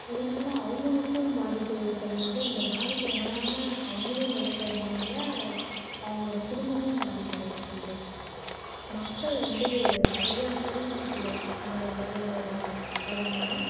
இதனால் அவங்களுக்கும் பாதிப்பு ஏற்படுகிறது இந்த பாதிப்பை உணராமல் அவங்களும் வேலை செய்றதினால அவங்களோட குடும்பமும் பாதிப்படையச் செய்து மக்கள் வந்து சரியாக புரிஞ்சுக்கல இந்த வேலையோடய அருமையை